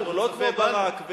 אני אדבר על התוכנית.